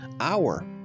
hour